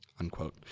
Unquote